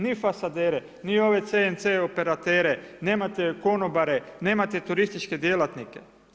Ni fasadere, ni ove CNC operatere, nemate konobare, nemate turističke djelatnike.